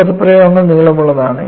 ഈ പദപ്രയോഗങ്ങൾ നീളമുള്ളതാണ്